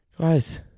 Guys